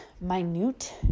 minute